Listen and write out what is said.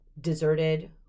deserted